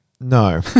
No